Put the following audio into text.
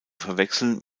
verwechseln